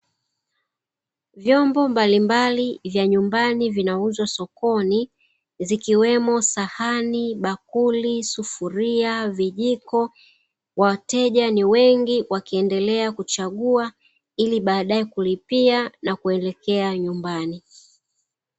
Vyombo mbalimbali vya nyumbani vinauzwa sokoni zikiwemo sahani, bakuli, sufuria, vijiko wateja ni wengi wakiendelea kuchagua ili baadae kulipia na kuelekea nyumbani.